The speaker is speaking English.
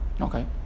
okay